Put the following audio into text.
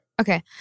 Okay